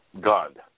God